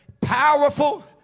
powerful